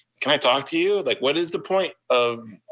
can i talk to you? like, what is the point of